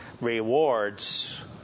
rewards